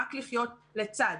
רק לחיות לצד,